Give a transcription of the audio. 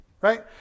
right